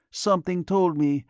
something told me,